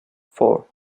four